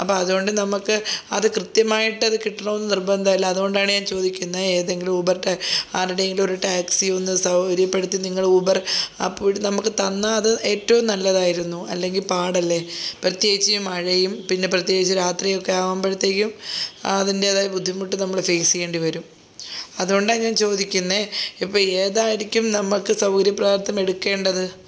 അപ്പം അതുകൊണ്ട് നമ്മൾക്ക് അത് കൃത്യമായിട്ട് അത് കിട്ടണമെന്ന് നിർബന്ധമില്ല അതുകൊണ്ടാണ് ഞാൻ ചോദിക്കുന്നത് ഏതെങ്കിലും ഊബർ ആരുടെയെങ്കിലും ഒരു ടാക്സി ഒന്ന് സൗകര്യപ്പെടുത്തി നിങ്ങൾ ഊബർ ആപ്പു വഴി നമ്മൾക്ക് തന്നാൽ അത് ഏറ്റവും നല്ലതായിരുന്നു അല്ലെങ്കിൽ പാടല്ലേ പ്രത്യേകിച്ച് മഴയും പിന്നെ പ്രത്യേകിച്ച് രാത്രി ഒക്കെ ആകുമ്പോഴത്തേക്കും അതിൻ്റേതായ ബുദ്ധിമുട്ട് നമ്മൾ ഫേസ് ചെയ്യേണ്ടിവരും അതുകൊണ്ടാണ് ഞാൻ ചോദിക്കുന്നത് ഇപ്പം ഏതായിരിക്കും നമ്മൾക്ക് സൗകര്യപ്രാപ്തം എടുക്കേണ്ടത്